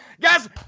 Guys